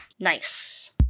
nice